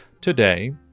Today